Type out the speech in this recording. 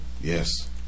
Yes